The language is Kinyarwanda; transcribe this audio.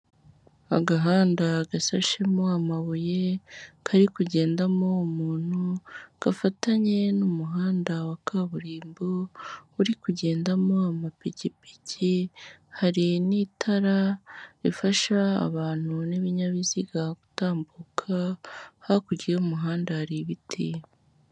Agahanda gasashemo amabuye kari kugendamo umuntu, gafatanye n'umuhanda wa kaburimbo uri kugendamo amapikipiki. Hari n'itara rifasha abantu n'ibinyabiziga gutambuka, hakurya y'umuhanda hari ibiti.